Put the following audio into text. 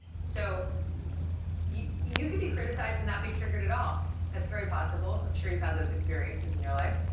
so you you could be criticized and not be triggered at all, that's very possible, i'm sure you've had those experiences in your life